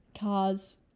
cars